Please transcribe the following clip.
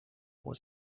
was